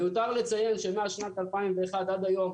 מיותר לציין שמאז שנת 2001 עד היום,